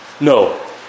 No